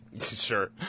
sure